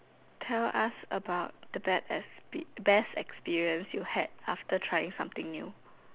tell us about the bad expel best experience you had after trying something new